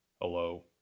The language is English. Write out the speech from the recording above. hello